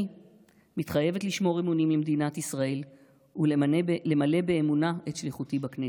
אני מתחייבת לשמור אמונים למדינת ישראל ולמלא באמונה את שליחותי בכנסת.